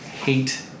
hate